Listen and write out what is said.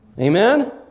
amen